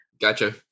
Gotcha